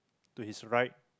to his right